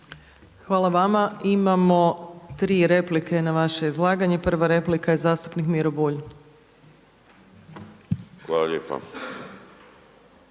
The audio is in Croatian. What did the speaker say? Hvala vama. Imamo tri replike na vaše izlaganje. Prva replika je zastupnik Miro Bulj. **Bulj,